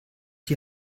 die